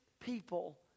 people